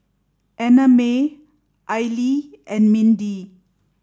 Annamae Aili and Mindy